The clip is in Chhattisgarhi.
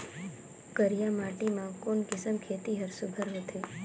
करिया माटी मा कोन किसम खेती हर सुघ्घर होथे?